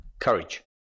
Courage